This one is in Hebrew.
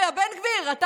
יא בן גביר,